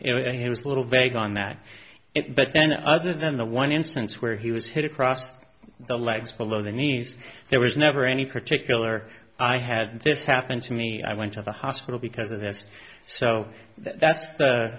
he was a little vague on that but then other than the one instance where he was hit across the legs below the knees there was never any particular i had this happen to me i went to the hospital because of this so that's